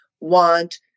want